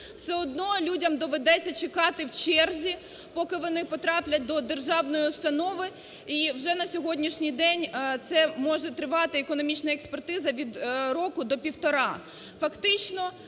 все одно людям доведеться чекати в черзі, поки вони потраплять до державної установи, і вже на сьогоднішній день це може тривати, економічна експертиза, від року до півтора.